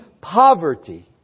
poverty